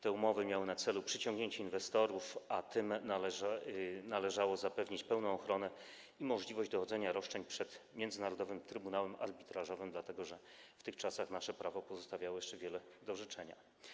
Te umowy miały na celu przyciągnięcie inwestorów, a tym należało zapewnić pełną ochronę i możliwość dochodzenia roszczeń przed międzynarodowym trybunałem arbitrażowym, dlatego że w tych czasach nasze prawo pozostawiało jeszcze wiele do życzenia.